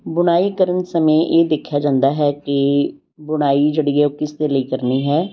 ਬੁਣਾਈ ਕਰਨ ਸਮੇਂ ਇਹ ਦੇਖਿਆ ਜਾਂਦਾ ਹੈ ਕਿ ਬੁਣਾਈ ਜਿਹੜੀ ਆ ਉਹ ਕਿਸ ਦੇ ਲਈ ਕਰਨੀ ਹੈ